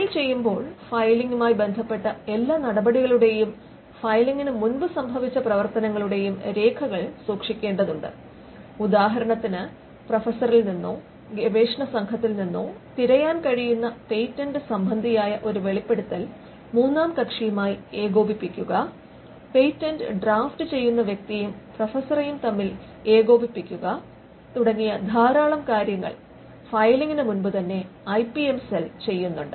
file ചെയ്യുമ്പോൾ ഫയലിംഗുമായി ബന്ധപ്പെട്ട എല്ലാ നടപടികളുടെയും ഫയലിംഗിന് മുമ്പ് സംഭവിച്ച പ്രവർത്തനങ്ങളുടെയും രേഖകൾ സൂക്ഷിക്കേണ്ടതുണ്ട് ഉദാഹരണത്തിന് പ്രൊഫസറിൽ നിന്നോ ഗവേഷണ സംഘത്തിൽ നിന്നോ തിരയാൻ കഴിയുന്ന പേറ്റന്റ് സംബന്ധിയായ ഒരു വെളിപ്പെടുത്തൽ മൂന്നാം കക്ഷിയുമായി ഏകോപിപ്പിക്കുക പേറ്റന്റ് ഡ്രാഫ്റ്റുചെയ്യുന്ന വ്യക്തിയും പ്രൊഫസറും തമ്മിൽ ഏകോപിപ്പിക്കുക തുടങ്ങിയ ധാരാളം ജോലികൾ ഫയലിംഗിന് മുമ്പുതന്നെ ഐ പി എം സെൽ ചെയ്യുന്നുണ്ട്